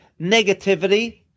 negativity